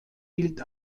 gilt